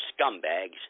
scumbags